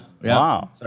Wow